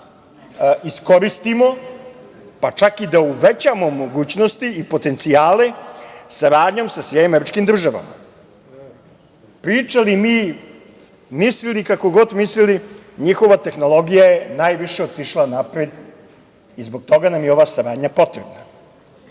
da iskoristimo, pa čak i da uvećamo mogućnosti i potencijale saradnjom sa SAD. Pričali mi, mislili, kako god mislili, njihova tehnologija je najviše otišla unapred i zbog toga nam je ova saradnja potrebna. Pominjemo